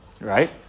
Right